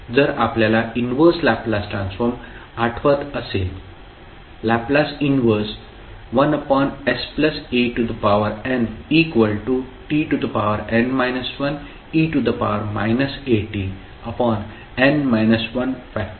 जर आपल्याला inverse Laplace transform आठवत असेल L 11santn 1e atn 1